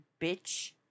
bitch